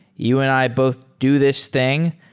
you and i both do this thing.